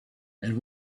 and